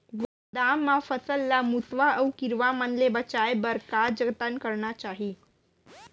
गोदाम मा फसल ला मुसवा अऊ कीरवा मन ले बचाये बर का जतन करना चाही?